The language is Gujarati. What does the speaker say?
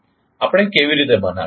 આપણે કેવી રીતે બનાવીશું